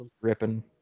ripping